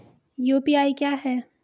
UPI क्या है?